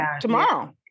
tomorrow